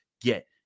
get